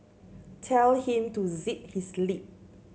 tell him to zip his lip